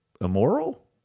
immoral